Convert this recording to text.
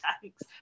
thanks